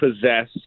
possess